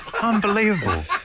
Unbelievable